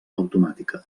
automàtica